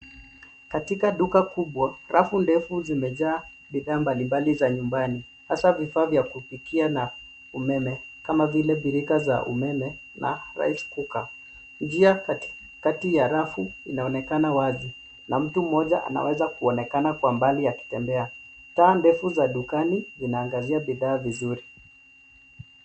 Katika duka kubwa, rafu ndefu zimejaa bidhaa mbalimbali za nyumbani, hasa vifaa vya kupikia na vya umeme, kama vile birika za umeme na rice cooker . Njia kati ya rafu inaonekana wazi, na mtu mmoja anaweza kuonekana kwa mbali akitembea. Taa ndefu za dukani zinaangazia bidhaa vizuri.